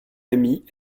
amie